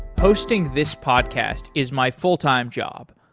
hosting this podcast is my full-time job,